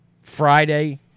Friday